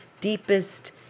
deepest